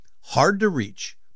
hard-to-reach